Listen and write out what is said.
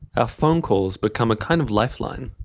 ah phone calls become a kind of lifeline.